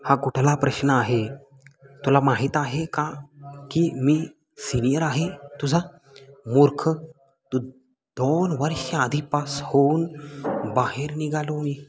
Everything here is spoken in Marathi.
हा कुठला प्रश्न आहे तुला माहीत आहे का की मी सिनियर आहे तुझा मूर्ख तू दोन वर्ष आधी पास होऊन बाहेर निघालो मी